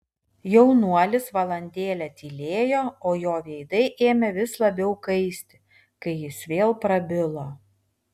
jaunuolis valandėlę tylėjo o jo veidai ėmė vis labiau kaisti kai jis vėl prabilo